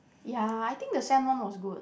ya I think the sand one was good